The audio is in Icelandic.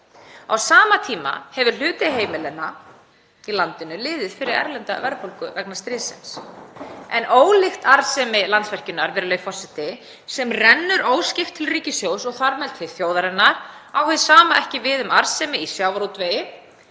Á sama tíma hefur hluti heimilanna í landinu liðið fyrir erlenda verðbólgu vegna stríðsins. Ólíkt arðsemi Landsvirkjunar, sem rennur óskipt til ríkissjóðs og þar með til þjóðarinnar, á hið sama ekki við um arðsemi í sjávarútvegi,